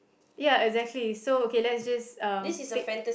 ya exactly so okay let's just um take